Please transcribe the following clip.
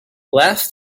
last